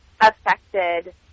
affected